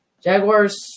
Jaguars